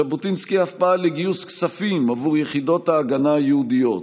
ז'בוטינסקי אף פעל לגיוס כספים עבור יחידות ההגנה היהודיות.